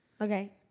Okay